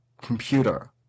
computer